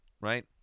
right